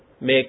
make